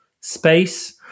space